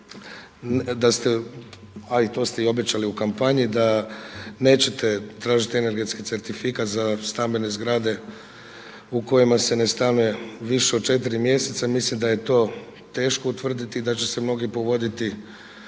da ste, a to ste obećali i u kampanji da nećete tražiti energetski certifikat za stambene zgrade u kojima se ne stanuje više od četiri mjeseca. Mislim da je to teško utvrditi i da će se mnogi povoditi